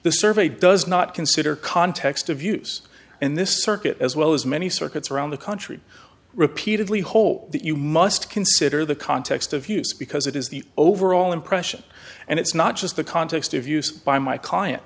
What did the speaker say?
the survey does not consider context of use in this circuit as well as many circuits around the country repeatedly hole that you must consider the context of use because it is the overall impression and it's not just the context of use by my client